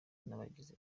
n’abagizi